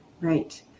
Right